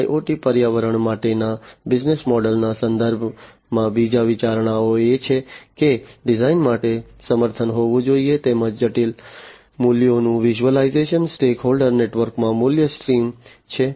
IoT પર્યાવરણ માટેના business models ના સંદર્ભમાં બીજી વિચારણા એ છે કે ડિઝાઇન માટે સમર્થન હોવું જોઈએ તેમજ જટિલ મૂલ્યોનું વિઝ્યુલાઇઝેશન સ્ટેકહોલ્ડર નેટવર્કમાં મૂલ્ય સ્ટ્રીમ્સ છે